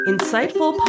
Insightful